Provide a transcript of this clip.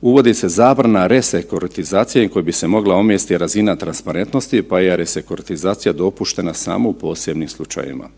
Uvodi se zabrana resekuritizacije i koja bi se mogla omesti razina transparentnosti pa je resekuratizacija dopuštena samo u posebnim slučajevima.